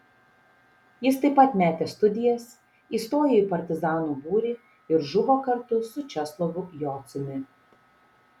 jis taip pat metė studijas įstojo į partizanų būrį ir žuvo kartu su česlovu jociumi